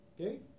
okay